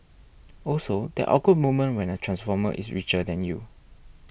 also that awkward moment when a transformer is richer than you